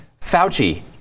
Fauci